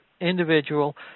individual